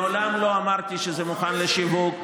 מעולם לא אמרתי שזה מוכן לשיווק.